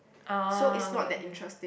ah okay okay